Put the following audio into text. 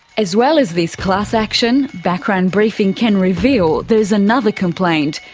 as well as this class action, background briefing can reveal there is another complaint,